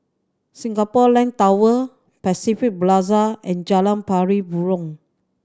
Singapore Land Tower Pacific Plaza and Jalan Pari Burong